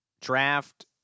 draft